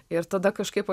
ir tada kažkaip